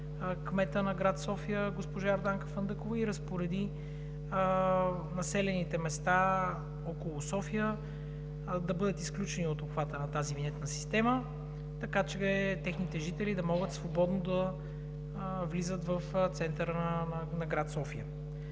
кмета на град София госпожа Йорданка Фандъкова и разпореди населените места около София да бъдат изключени от обхвата на тази винетна система, така че техните жители да могат свободно да влизат в центъра на град София.